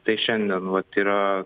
tai šiandien vat yra